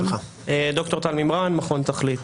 בוודאי, ד"ר טל מימרן מכון תכלית,